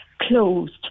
closed